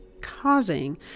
causing